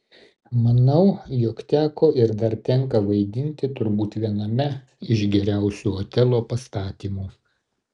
manau jog teko ir dar tenka vaidinti turbūt viename iš geriausių otelo pastatymų